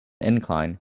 incline